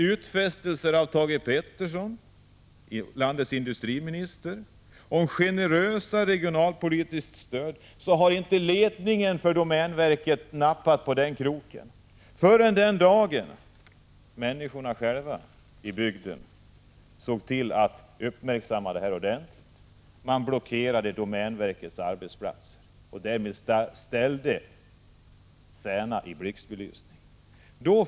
Utfästelser om generöst regionalpolitiskt stöd hade givits av Thage Peterson, landets industriminister, men ledningen för domänverket nappade inte på den kroken förrän människorna i bygden såg till att frågan uppmärksammades ordentligt. De blockerade domänverkets arbetsplatser, och därmed ställdes Särna i blixtbelysning.